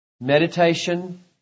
meditation